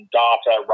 data